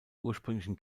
ursprünglich